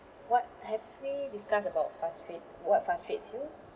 what have we discuss about frustrate what frustrates you